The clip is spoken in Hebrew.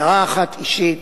הערה אחת אישית: